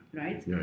right